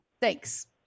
Thanks